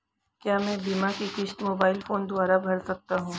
क्या मैं बीमा की किश्त मोबाइल फोन के द्वारा भर सकता हूं?